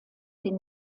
den